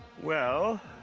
well,